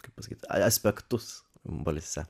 kaip pasakyt aspektus balse